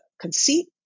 conceit